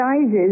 sizes